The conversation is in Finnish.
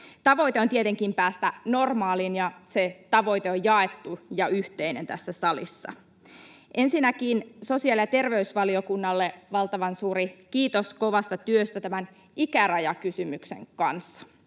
Tavoite on tietenkin päästä normaaliin, ja se tavoite on jaettu ja yhteinen tässä salissa. Ensinnäkin sosiaali‑ ja terveysvaliokunnalle valtavan suuri kiitos kovasta työstä tämän ikärajakysymyksen kanssa.